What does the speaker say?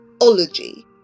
ology